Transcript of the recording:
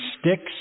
sticks